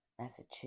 Massachusetts